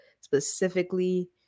specifically